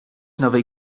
nowej